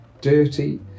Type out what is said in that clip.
dirty